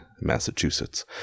Massachusetts